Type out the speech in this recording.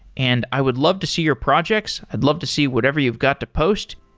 and i would love to see your projects. i'd love to see whatever you've got to post.